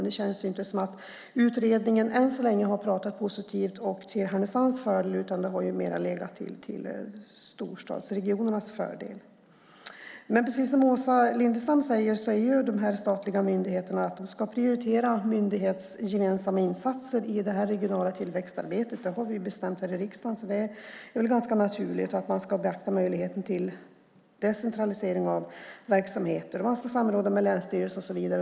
Det känns ändå inte som att utredningen än så länge har talat till Härnösands fördel. Det har mer varit till storstadsregionernas fördel. Precis som Åsa Lindestam säger ska de statliga myndigheterna prioritera myndighetsgemensamma insatser i det regionala tillväxtarbetet. Det har vi bestämt i riksdagen. Det är naturligt att beakta möjligheten till decentralisering av verksamheter. Man ska samråda med länsstyrelser och så vidare.